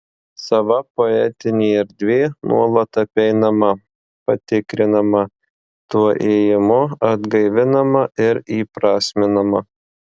sava poetinė erdvė nuolat apeinama patikrinama tuo ėjimu atgaivinama ir įprasminama